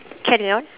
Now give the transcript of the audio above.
carry on